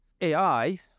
AI